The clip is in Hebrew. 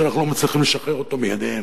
שאנחנו לא מצליחים לשחרר אותו מידיהם.